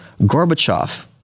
Gorbachev